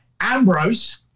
Ambrose